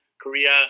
Korea